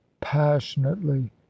passionately